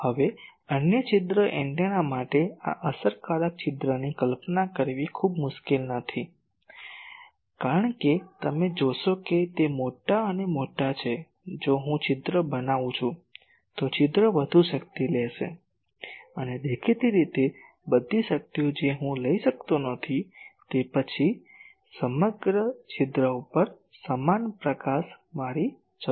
હવે અન્ય છિદ્ર એન્ટેના માટે આ અસરકારક છિદ્રની કલ્પના કરવી મુશ્કેલ નથી કારણ કે તમે જોશો કે તે મોટા અને મોટા છે જો હું છિદ્ર બનાવું છું તો છિદ્ર વધુ શક્તિ લેશે અને દેખીતી રીતે બધી શક્તિઓ જે હું લઈ શકતો નથી તે પછી સમગ્ર છિદ્ર ઉપર સમાન પ્રકાશ મારી જરૂર છે